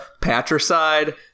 patricide